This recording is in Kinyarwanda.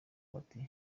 bati